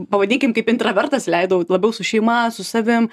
pavadinkim kaip intravertas leidau labiau su šeima su savim